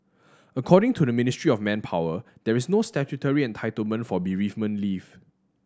according to the Ministry of Manpower there is no statutory entitlement for bereavement leave